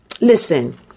Listen